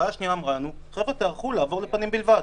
השנייה אמרה: תיערכו לעבור לפנים בלבד.